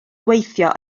gweithio